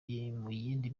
yindi